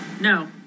No